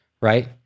right